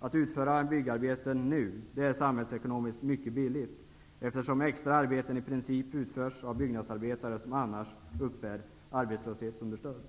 Att utföra byggarbeten nu är samhällsekonomiskt billigt, eftersom extra arbeten i princip utförs av byggnadsarbetare som annars uppbär arbetslöshetsunderstöd.